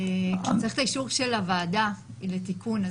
צריך את האישור של הוועדה לתיקון.